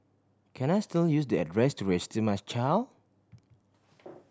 can I still use the address to register my child